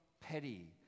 petty